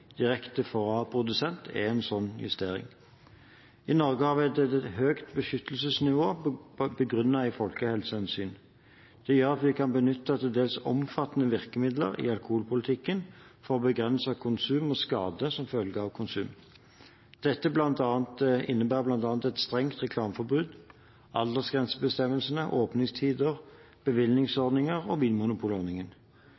direkte fra produsent, er en slik justering. I Norge har vi et høyt beskyttelsesnivå begrunnet i folkehelsehensyn. Det gjør at vi kan benytte til dels omfattende virkemidler i alkoholpolitikken for å begrense konsum og skader som følge av konsum. Dette innebærer bl.a. et strengt reklameforbud, aldersgrensebestemmelser, åpningstider,